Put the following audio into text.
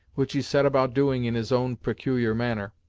which he set about doing in his own peculiar manner.